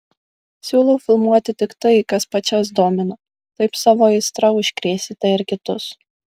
siūlau filmuoti tik tai kas pačias domina taip savo aistra užkrėsite ir kitus